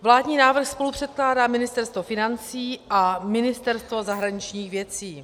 Vládní návrh spolu předkládá Ministerstvo financí a Ministerstvo zahraničních věcí.